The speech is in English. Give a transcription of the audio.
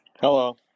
hello